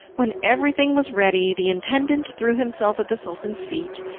when everything was ready, the intendant threw himself at the sultan's feet,